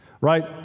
Right